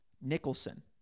Nicholson